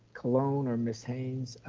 colon or ms. haynes,